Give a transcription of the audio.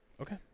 Okay